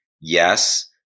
Yes